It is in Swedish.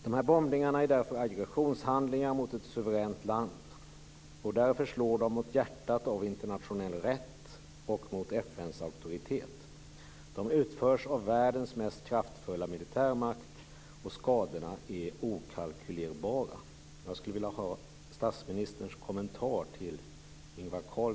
De här bombningarna är därför aggressionshandlingar mot ett suveränt land och därför slår de mot hjärtat av internationell rätt och mot FN:s auktoritet. De utförs av världens mest kraftfulla militärmakt, och skadorna är okalkylerbara. Jag skulle vilja ha statsministerns kommentar till